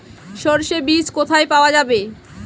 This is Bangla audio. সর্ষে বিজ কোথায় পাওয়া যাবে?